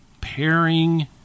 pairing